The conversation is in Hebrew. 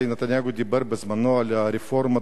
הרי נתניהו דיבר בזמנו על הרפורמה